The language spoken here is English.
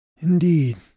Indeed